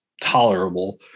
tolerable